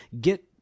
get